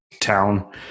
town